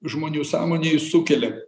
žmonių sąmonėj sukeliam